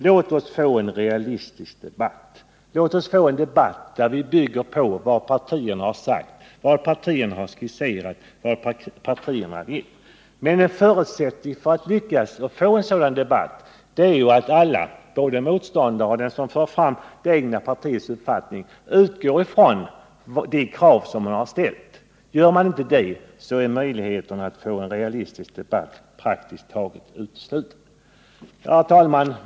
Låt oss få en realistisk debatt, en debatt där vi bygger på vad partierna har sagt, vad de har skisserat och vad de vill. En förutsättning för att få en sådan debatt är ju att alla — både de som för fram det egna partiets uppfattning och de som är motståndare till denna — utgår ifrån de krav som har ställts. Gör man inte det är möjligheterna att få en realistisk debatt praktiskt taget obefintliga. Herr talman!